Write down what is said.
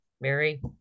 Mary